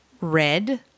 red